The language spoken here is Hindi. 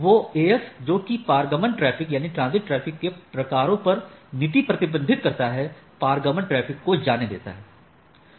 वोह AS जो कि पारगमन ट्रैफिक के प्रकारों पर नीति प्रतिबंध लगाता है पारगमन ट्रैफिक को जाने देता है